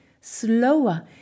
slower